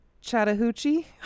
Chattahoochee